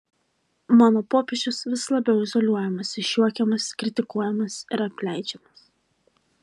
mano popiežius vis labiau izoliuojamas išjuokiamas kritikuojamas ir apleidžiamas